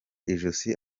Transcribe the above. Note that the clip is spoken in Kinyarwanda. ijosi